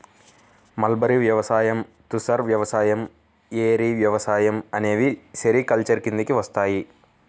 mulberry వ్యవసాయం, తుసర్ వ్యవసాయం, ఏరి వ్యవసాయం అనేవి సెరికల్చర్ కిందికి వస్తాయి